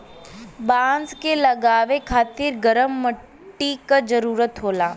बांस क लगावे खातिर गरम मट्टी क जरूरत होला